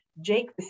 Jake